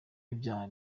ibyaha